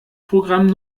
programm